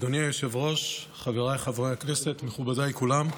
אדוני היושב-ראש, חבריי חברי הכנסת, מכובדיי כולם,